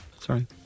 Sorry